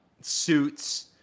suits